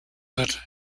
that